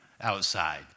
outside